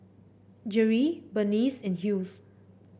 Jerrie Berneice and Hughes